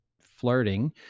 flirting